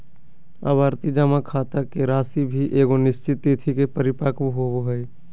आवर्ती जमा खाता के राशि भी एगो निश्चित तिथि के परिपक्व होबो हइ